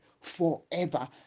forever